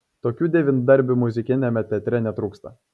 tokių devyndarbių muzikiniame teatre netrūksta